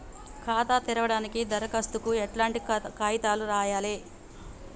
ఖాతా తెరవడానికి దరఖాస్తుకు ఎట్లాంటి కాయితాలు రాయాలే?